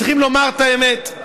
צריכים לומר את האמת: